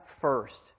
first